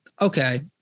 Okay